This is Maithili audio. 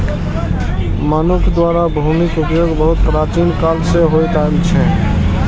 मनुक्ख द्वारा भूमिक उपयोग बहुत प्राचीन काल सं होइत आयल छै